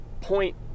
point